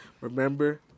remember